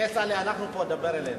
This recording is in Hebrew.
כצל'ה, אנחנו פה, דבר אלינו.